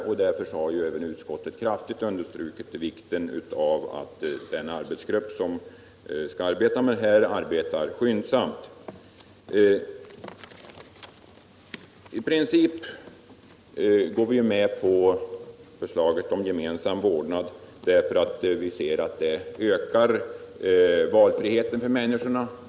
Utskottet har även kraftigt understrukit vikten av att den arbetsgrupp som skall arbeta med denna fråga gör det skyndsamt. I princip går vi med på förslaget om gemensam vårdnad, därför att vi anser att det ökar människornas valfrihet.